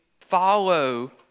follow